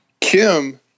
Kim